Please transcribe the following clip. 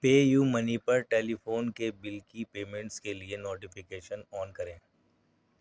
پے U money پر telephone کے bill کی پیمنٹس کے لیے نوٹیفیکیشن آن کریں